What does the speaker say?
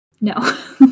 No